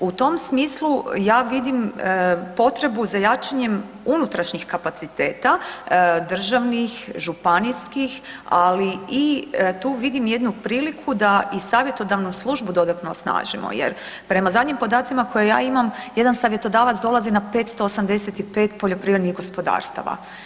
U tom smislu ja vidim potrebu za jačanjem unutrašnjih kapaciteta, državnih, županijskih, ali i tu vidim jednu priliku da i savjetodavnu službu dodatno osnažimo jer prema zadnjim podacima koje ja imam jedan savjetodavac dolazi na 585 poljoprivrednih gospodarstava.